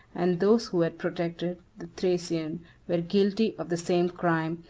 and those who had protected, the thracian, were guilty of the same crime,